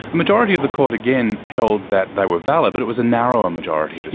a majority of the court again held that they were valid, but it was a narrower majority this